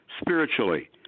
spiritually